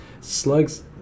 Slugs